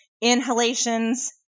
Inhalations